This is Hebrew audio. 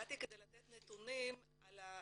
באתי כדי לתת נתונים איך